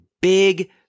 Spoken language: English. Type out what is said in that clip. big